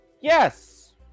Yes